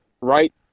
right